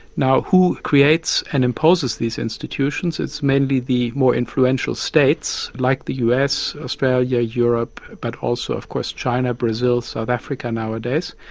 now, who creates and imposes these institutions? it's mainly the more influential states like the us, australia, europe but also, of course, china, brazil, south africa nowadays,